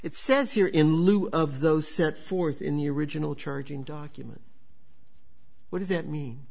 it says here in lieu of those set forth in the original charging document what does it mean